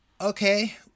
Okay